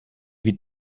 wie